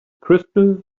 crystal